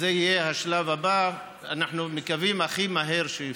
זה יהיה השלב הבא, אנחנו מקווים הכי מהר שאפשר.